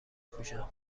پوشن